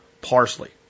parsley